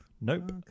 Nope